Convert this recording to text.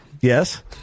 Yes